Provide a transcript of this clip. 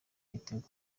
igitego